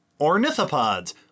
ornithopods